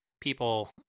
people